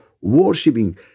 worshipping